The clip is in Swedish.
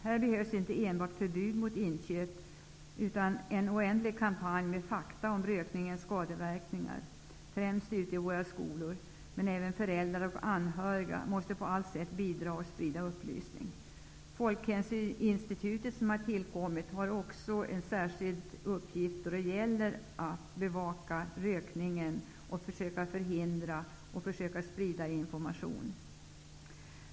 Här behövs det inte bara förbud mot inköp utan också en oändlig kampanj med fakta om rökningens skadeverkningar, främst ute på våra skolor. Även föräldrar och andra anhöriga måste på alla sätt bidra här och sprida upplysning. Det folkhälsoinstitut som har tillkommit har också en särskild uppgift då det gäller att bevaka rökningen, att försöka förhindra densamma och att sprida information.